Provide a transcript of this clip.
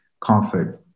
comfort